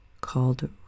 called